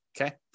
okay